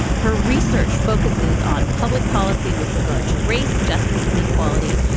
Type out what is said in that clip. her research focuses on public policy with regard to race, justice and equality.